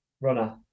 Runner